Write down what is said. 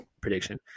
prediction